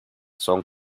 son